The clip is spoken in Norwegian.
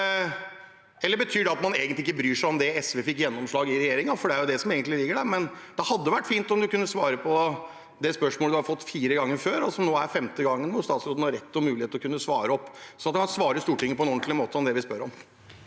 utvalg. Betyr det at man egentlig ikke bryr seg om det SV fikk gjennomslag for i regjeringen? Det er det som egentlig ligger der, men det hadde vært fint om statsråden kunne svare på det spørsmålet han har fått fire ganger før. Nå er det femte gangen statsråden har rett og mulighet til å kunne svare Stortinget på en ordentlig måte om det vi spør om.